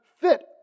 fit